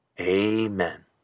Amen